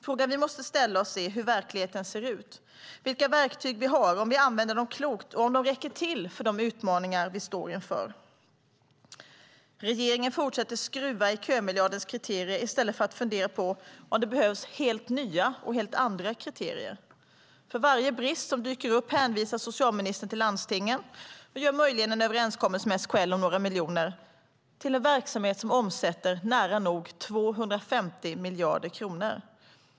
Frågorna vi måste ställa oss är hur verkligheten ser ut, vilka verktyg vi har, om vi använder dem klokt och om de räcker till för de utmaningar vi står inför. Regeringen fortsätter att "skruva" i kömiljardens kriterier i stället för att fundera på om det behövs nya och helt andra kriterier. För varje brist som dyker upp hänvisar socialministern till landstingen och gör möjligen en överenskommelse med SKL om några miljoner - till en verksamhet som omsätter nära nog 250 miljarder kronor.